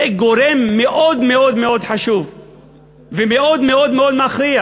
זה גורם מאוד מאוד מאוד חשוב ומאוד מאוד מאוד מכריע